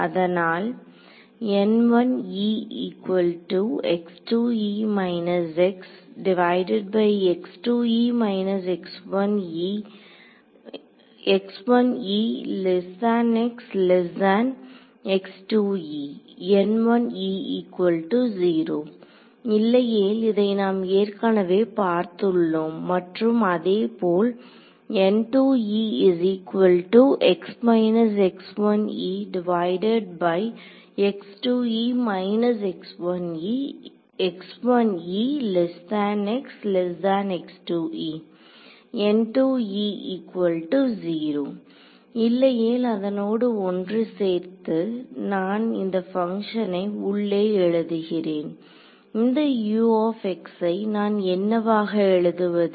அதனால் இல்லையேல் இதை நாம் ஏற்கனவே பார்த்துள்ளோம் மற்றும் அதேபோல் இல்லையேல் அதனோடு ஒன்றுசேர்ந்து நான் இந்த பங்க்ஷனை உள்ளே எழுதுகிறேன் இந்த U ஐ நான் என்னவாக எழுதுவது